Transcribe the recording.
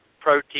protein